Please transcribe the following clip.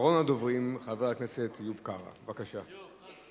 אחרון הדוברים, חבר הכנסת איוב קרא, בבקשה.